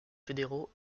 fédéraux